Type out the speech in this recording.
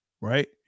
right